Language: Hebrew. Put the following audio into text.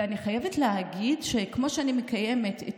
ואני חייבת להגיד שכמו שאני מקיימת את